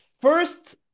first